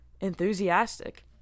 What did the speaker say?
enthusiastic